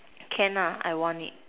can ah I want it